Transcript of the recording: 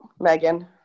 Megan